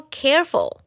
careful